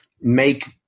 make